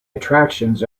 attractions